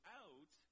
out